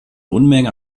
unmenge